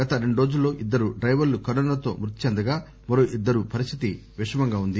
గత రెండు రోజుల్లో ఇద్దరు డైవర్లు కరోనాతో మృతి చెందగామరో ఇద్దరి పరిస్థితి విషమంగా ఉంది